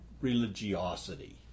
religiosity